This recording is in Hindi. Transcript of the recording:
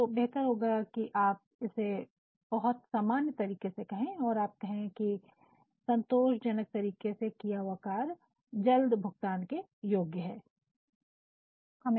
तो बेहतर होगा कि आप इसे बहुत सामान्य तरीके से कहें और आप कहें कि 'संतोषजनक तरीके से किया हुआ कार्य जल्द भुगतान के योग्य है'